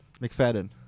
McFadden